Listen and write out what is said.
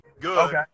good